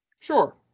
Sure